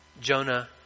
Jonah